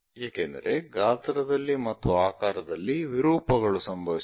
ಏಕೆಂದರೆ ಗಾತ್ರದಲ್ಲಿ ಮತ್ತು ಆಕಾರದಲ್ಲಿ ವಿರೂಪಗಳು ಸಂಭವಿಸುತ್ತವೆ